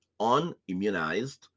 unimmunized